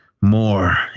more